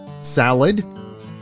salad